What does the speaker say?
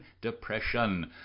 depression